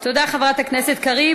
תודה, חברת הכנסת קריב.